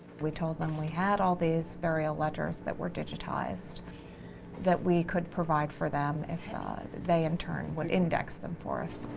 we told them we had all these burial ledgers that were digitized that we could provide for them if they in turn would index them for us.